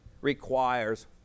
requires